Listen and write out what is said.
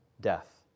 death